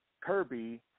Kirby